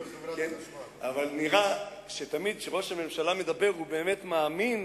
מדבר, שהוא באמת מאמין